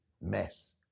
mess